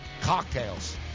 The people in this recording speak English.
Cocktails